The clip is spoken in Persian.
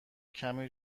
کمی